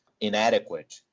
inadequate